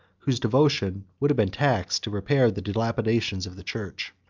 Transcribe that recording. whose devotions would have been taxed to repair the dilapidations of the church.